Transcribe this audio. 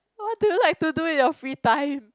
what do you like to do in your free time